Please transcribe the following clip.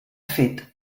fet